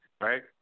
Right